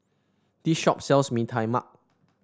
this shop sells Mee Tai Mak